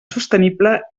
sostenible